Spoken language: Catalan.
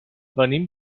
venim